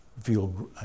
feel